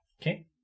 Okay